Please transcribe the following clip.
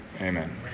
Amen